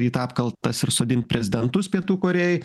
į tą apkaltas ir sodint prezidentus pietų korėjoj